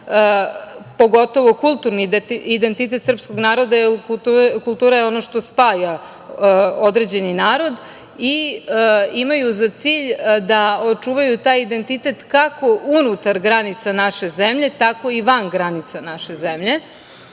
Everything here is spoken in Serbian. pogotovo kulturni identitet srpskog naroda, jer kultura je ono što spaja određeni narod i imaju za cilj da očuvaju taj identitet kako unutar granica naše zemlje, tako i van granica naše zemlje. Srpska